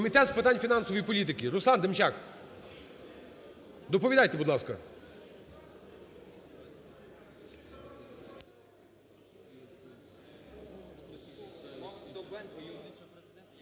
Комітет з питань фінансової політики. Руслан Демчак! Доповідайте, будь ласка.